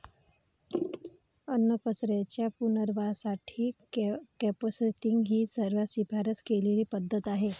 अन्नकचऱ्याच्या पुनर्वापरासाठी कंपोस्टिंग ही सर्वात शिफारस केलेली पद्धत आहे